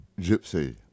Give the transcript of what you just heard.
Gypsy